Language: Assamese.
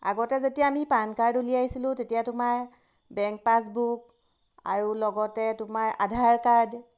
আগতে যেতিয়া আমি পান কাৰ্ড উলিয়াইছিলোঁ তেতিয়া তোমাৰ বেংক পাছবুক আৰু লগতে তোমাৰ আধাৰ কাৰ্ড